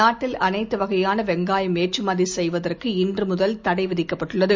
நாட்டில் அனைத்து வகையான வெங்காயம் ஏற்றுமதி செய்வதற்கு இன்று முதல் தடை விதிக்கப்பட்டுள்ளது